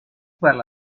well